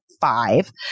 five